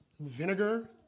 vinegar